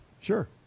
Sure